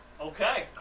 Okay